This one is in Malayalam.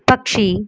പക്ഷി